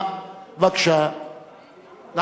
מי